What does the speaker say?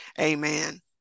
Amen